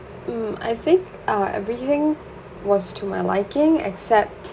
mm I think uh everything was to my liking except